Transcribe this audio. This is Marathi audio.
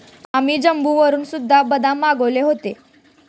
आम्ही जम्मूवरून सुद्धा बदाम मागवले होते